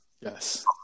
Yes